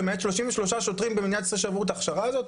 למעט 33 שוטרים במדינת ישראל שעברו את ההכשרה הזאת?